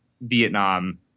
Vietnam